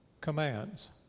commands